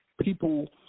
people